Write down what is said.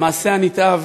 המעשה הנתעב